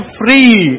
free